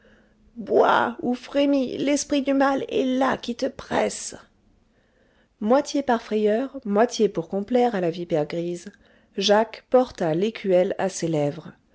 bois ou frémis l'esprit du mal est là qui te presse moitié par frayeur moitié pour complaire à la vipère grise jacques porta l'écuelle à ses lèvres